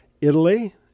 Italy